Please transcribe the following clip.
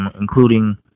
including